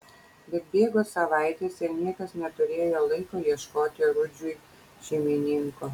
bet bėgo savaitės ir niekas neturėjo laiko ieškoti rudžiui šeimininko